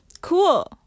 cool